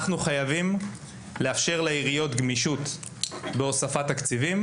אנחנו חייבים לאפשר לעיריות גמישות בהוספת תקציבים.